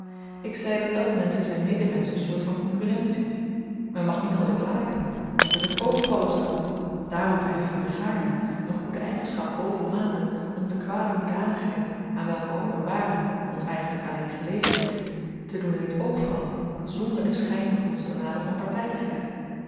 ik zei dat elk mensch in zyn medemensch een soort van konkurrent ziet men mag niet altyd laken wat in t oog vallen zou daarom verheffen wy gaarne een goede eigenschap bovenmate om de kwade hoedanigheid aan welker openbaring ons eigenlyk alleen gelegen is te doen in het oog vallen zonder den schyn op ons te laden van